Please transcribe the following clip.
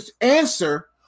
answer